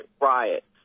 riots